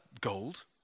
gold